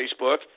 Facebook